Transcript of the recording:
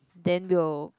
then we'll